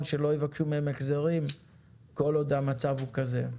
שלא יבקשו מהם החזרים כל עוד המצב הוא כזה?